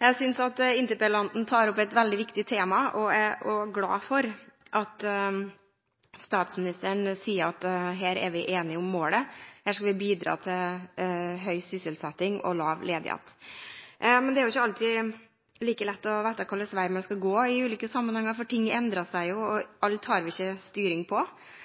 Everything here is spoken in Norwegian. Jeg synes at interpellanten tar opp et veldig viktig tema, og jeg er glad for at statsministeren sier at her er vi enige om målet, her skal vi bidra til høy sysselsetting og lav ledighet. Men det er ikke alltid like lett å vite hvilken vei man skal gå i ulike sammenhenger, for ting endrer seg, og vi har ikke styring på alt – noe har vi mulighet til å gjøre noe med, annet har vi ikke.